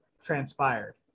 transpired